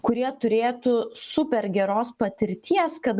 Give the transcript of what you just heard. kurie turėtų super geros patirties kad